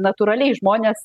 natūraliai žmonės